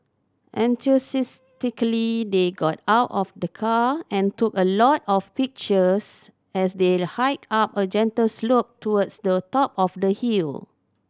enthusiastically they got out of the car and took a lot of pictures as they hiked up a gentle slope towards the top of the hill